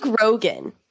Rogan